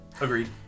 Agreed